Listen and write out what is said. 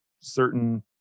certain